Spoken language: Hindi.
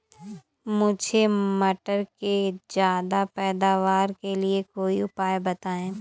मुझे मटर के ज्यादा पैदावार के लिए कोई उपाय बताए?